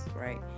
right